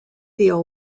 theo